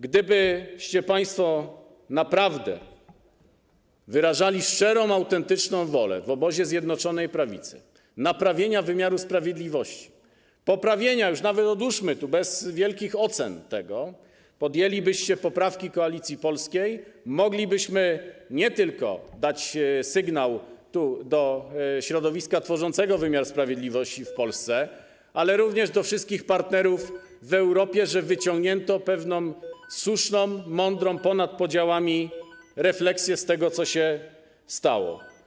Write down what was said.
Gdybyście państwo naprawdę wyrażali szczerą, autentyczną wolę w obozie Zjednoczonej Prawicy naprawienia wymiaru sprawiedliwości, poprawienia go - już nawet odłóżmy to, bez wielkich ocen - podjęlibyście poprawki Koalicji Polskiej, moglibyśmy nie tylko dać sygnał do środowiska tworzącego wymiar sprawiedliwości w Polsce, ale również do wszystkich partnerów w Europie, że wyciągnięto pewną słuszną, mądrą, ponad podziałami refleksję z tego, co się stało.